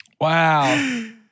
Wow